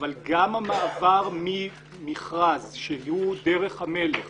אבל גם המעבר ממכרז שהוא דרך המלך